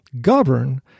govern